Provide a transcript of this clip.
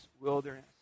wilderness